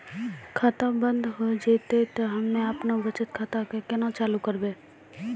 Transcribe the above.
खाता बंद हो जैतै तऽ हम्मे आपनौ बचत खाता कऽ केना चालू करवै?